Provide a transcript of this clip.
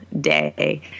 day